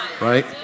right